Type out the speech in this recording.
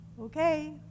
okay